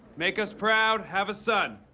make us proud, have a son.